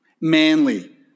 Manly